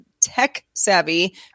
tech-savvy